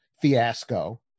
fiasco